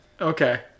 Okay